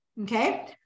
okay